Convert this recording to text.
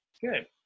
Good